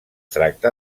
tracta